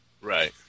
Right